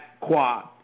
quad